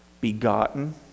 begotten